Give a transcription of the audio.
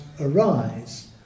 arise